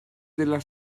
della